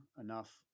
enough